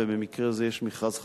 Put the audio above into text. ובמקרה זה יש מכרז חדש.